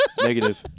Negative